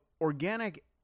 organic